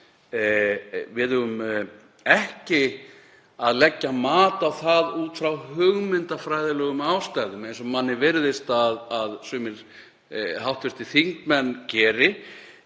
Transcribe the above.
Við eigum ekki að leggja mat á það út frá hugmyndafræðilegum ástæðum eins og manni virðist sumir hv. þingmenn gera